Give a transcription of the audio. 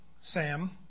Sam